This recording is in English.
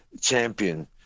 champion